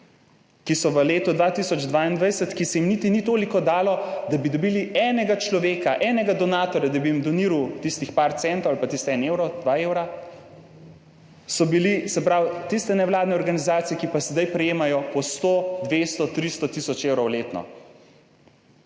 ki so v letu 2022, ki se jim niti ni toliko dalo, da bi dobili enega človeka, enega donatorja, da bi jim doniral tistih par centov ali pa tisti en evro, dva evra so bili, se pravi tiste nevladne organizacije, ki pa sedaj prejemajo po 100, 200, 300 tisoč evrov letno,